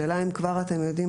אתם יודעים,